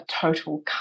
total